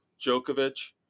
Djokovic